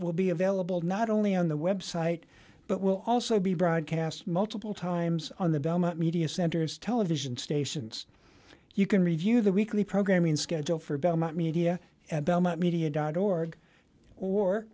will be available not only on the website but will also be broadcast multiple times on the belmont media centers television stations you can review the weekly programming schedule for belmont media at belmont media dot org or